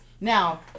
Now